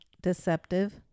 deceptive